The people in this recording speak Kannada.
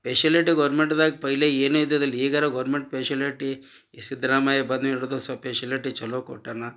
ಪೆಶಿಲಿಟಿ ಗೌರ್ಮೆಂಟ್ದಾಗ ಪೈಲೆ ಏನೆ ಇದ್ದಿದ್ದಲ್ಲಿ ಈಗರ ಗೌರ್ಮೆಂಟ್ ಪೆಶಿಲಿಟಿ ಸಿದ್ದರಾಮಯ್ಯ ಬಂದಿಡಿದು ಸೊಲ್ಪ ಪೆಶಿಲಿಟಿ ಚಲೋ ಕೊಟ್ಟಾನ